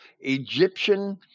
Egyptian